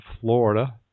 Florida